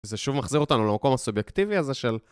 זה שוב מחזיר אותנו למקום הסובייקטיבי הזה של...